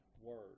word